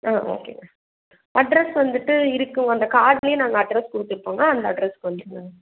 ஆ ஓகேங்க அட்ரஸ் வந்துட்டு இருக்கும் அந்த கார்டுலையே நாங்கள் அட்ரஸ் கொடுத்துருப்போங்க அந்த அட்ரஸ்க்கு வந்துடுங்க